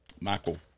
Michael